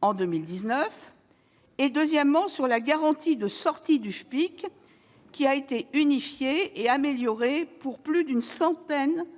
en 2019. S'agissant de la garantie de sortie du FPIC, elle a été unifiée et améliorée pour plus d'une centaine d'ensembles